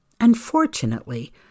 Unfortunately